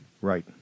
right